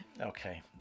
Okay